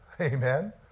Amen